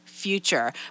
future